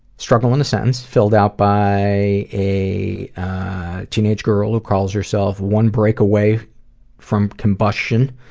struggle in a sentence filled out by a a teenage girl who calls herself one break away from combustion